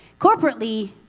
corporately